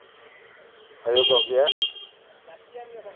ᱦᱩᱭᱩᱜᱚᱜ ᱜᱮᱭᱟ